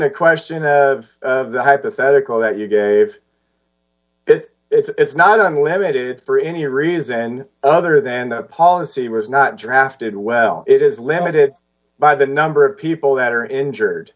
the question of the hypothetical that you gave that it's not unlimited for any reason other than the policy was not drafted well it is limited by the number of people that are injured